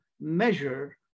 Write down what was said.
measure